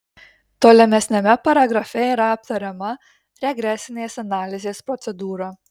tolimesniame paragrafe yra aptariama regresinės analizės procedūra